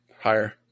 Higher